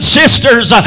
sisters